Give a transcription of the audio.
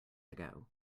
ago